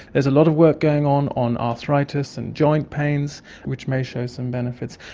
there's a lot of work going on on arthritis and joint pains which may show some benefits.